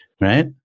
right